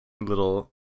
Little